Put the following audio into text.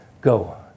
Go